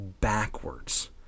backwards